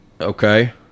Okay